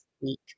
week